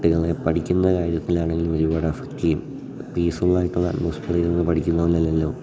കുട്ടികളെ പഠിക്കുന്ന കാര്യത്തിലാണേലും ഒരുപാട് അഫക്ട് ചെയ്യും പീസ്ഫുള്ളായിട്ടുള്ള അറ്റ്മോസ്ഫിയറിൽ നിന്ന് പഠിക്കുന്നത് പോലല്ലല്ലോ